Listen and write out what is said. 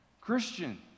Christian